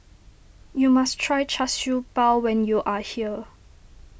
you must try Char Siew Bao when you are here